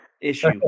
issue